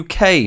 UK